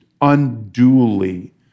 unduly